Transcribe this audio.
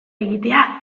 egitea